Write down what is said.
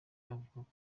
avuga